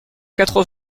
quatre